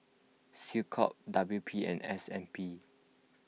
SecCom W P and S N B